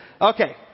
Okay